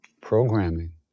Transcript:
programming